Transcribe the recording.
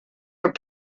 are